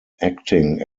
acting